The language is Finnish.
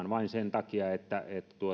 vain sen takia että